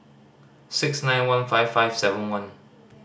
six nine one five five seven one